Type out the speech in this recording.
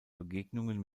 begegnungen